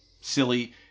silly